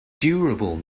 durable